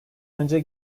önce